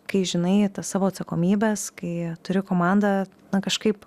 kai žinai tas savo atsakomybės kai turi komandą na kažkaip ką